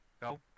Go